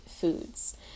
foods